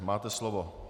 Máte slovo.